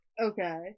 Okay